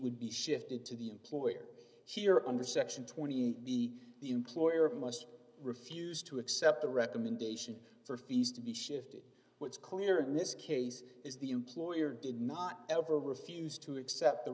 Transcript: would be shifted to the employer here under section twenty eight b the employer must refuse to accept the recommendation for fees to be shifty what's clear in this case is the employer did not ever refuse to accept the